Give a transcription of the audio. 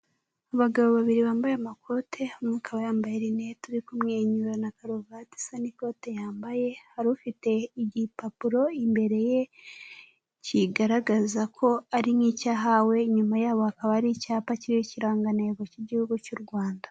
Abagabo babiri bambaye amakote, umwe akaba yambaye rinete, uri kumwenyura na karuvati isa n'ikote yambaye, hari ufite igipapuro imbere ye kigaragaza ko ari nk'icyahawe, inyuma yabo hakaba hari icyapa kiriho ikirangantego cy'igihugu cy'u Rwanda.